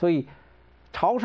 so he told